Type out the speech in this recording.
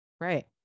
right